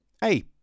hey